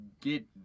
get